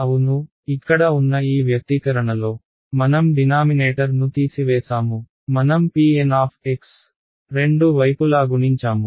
అవును ఇక్కడ ఉన్న ఈ వ్యక్తీకరణలో మనం డినామినేటర్ ను తీసివేసాము మనం pN రెండు వైపులా గుణించాము